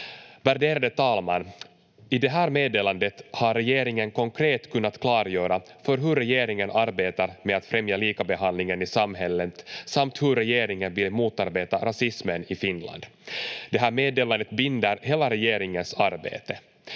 Värderade talman! I det här meddelandet har regeringen konkret kunnat klargöra för hur regeringen arbetar med att främja likabehandlingen i samhället samt hur regeringen vill motarbeta rasismen i Finland. Det här meddelandet binder hela regeringens arbete.